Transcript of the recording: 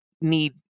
need